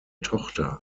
tochter